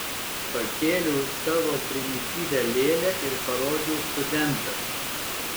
pakėliau savo primityvią lėlę ir parodžiau studentams